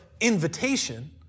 invitation